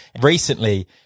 Recently